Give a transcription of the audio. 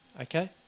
Okay